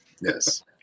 yes